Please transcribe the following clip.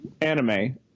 anime